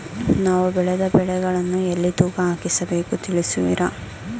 ನಾವು ಬೆಳೆದ ಬೆಳೆಗಳನ್ನು ಎಲ್ಲಿ ತೂಕ ಹಾಕಿಸ ಬೇಕು ತಿಳಿಸುವಿರಾ?